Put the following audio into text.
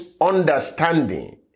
understanding